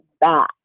back